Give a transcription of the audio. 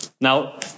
Now